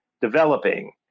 developing